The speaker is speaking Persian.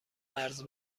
قرض